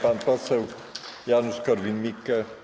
Pan poseł Janusz Korwin-Mikke.